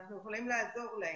אנחנו יכולים לעזור להם.